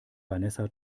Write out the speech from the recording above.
vanessa